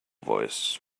voice